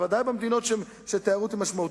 בוודאי במדינות שבהן התיירות היא משמעותית.